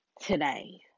today